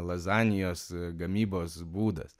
lazanijos gamybos būdas